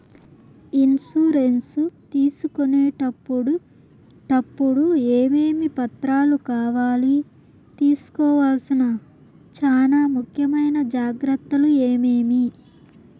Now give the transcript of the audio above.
Insurance తీసుకునేటప్పుడు టప్పుడు ఏమేమి పత్రాలు కావాలి? తీసుకోవాల్సిన చానా ముఖ్యమైన జాగ్రత్తలు ఏమేమి?